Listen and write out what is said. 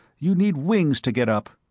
you'd need wings to get up.